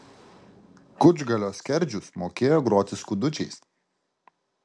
kučgalio skerdžius mokėjo groti skudučiais